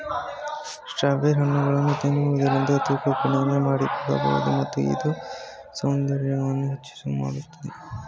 strawberry ಹಣ್ಣನ್ನು ತಿನ್ನುವುದರಿಂದ ತೂಕ ಕಡಿಮೆ ಮಾಡಿಕೊಳ್ಳಬೋದು ಮತ್ತು ಇದು ಸೌಂದರ್ಯವನ್ನು ಹೆಚ್ಚು ಮಾಡತ್ತದೆ